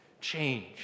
Change